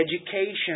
education